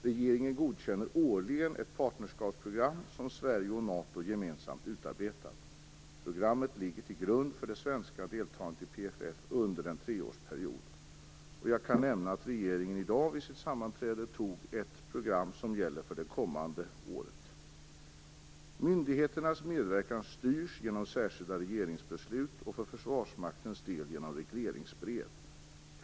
Regeringen godkänner årligen ett partnerskapsprogram, som Sverige och NATO gemensamt utarbetat. Programmet ligger till grund för det svenska deltagandet i PFF under en treårsperiod. Jag kan nämna att regeringen i dag vid sitt sammanträde antog ett program som gäller för det kommande året. Myndigheternas medverkan styrs genom särskilda regeringsbeslut och för Försvarsmaktens del genom regleringsbrev.